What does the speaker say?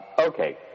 Okay